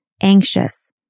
anxious